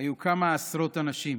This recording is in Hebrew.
היו כמה עשרות אנשים,